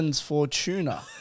Fortuna